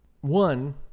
One